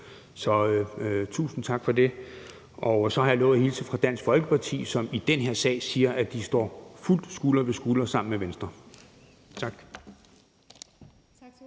så tusind tak for det. Så har jeg lovet at hilse fra Dansk Folkeparti, som siger, at de i den her sag står fuldstændig skulder ved skulder med Venstre. Tak.